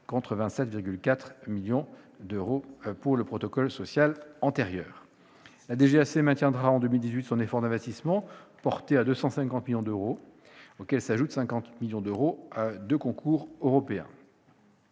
contre 27,4 millions d'euros pour le protocole social 2013-2015 La DGAC maintiendra en 2018 son effort d'investissement porté à 250 millions d'euros par an, auxquels s'ajoutent 50 millions d'euros de fonds de concours européens,